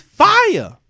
fire